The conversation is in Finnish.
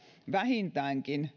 vähintäänkin